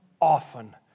often